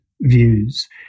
views